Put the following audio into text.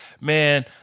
man